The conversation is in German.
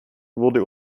wurde